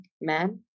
man